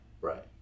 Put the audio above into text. right